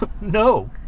no